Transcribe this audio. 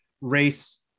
race